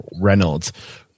Reynolds